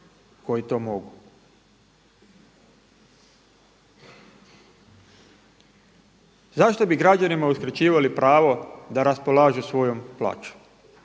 koji to mogu. Zašto bi građanima uskraćivali pravo da raspolažu svojom plaćom?